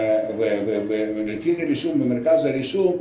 ולפי נתונים ממרכז הרישום,